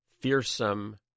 fearsome